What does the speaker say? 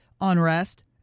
unrest